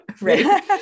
right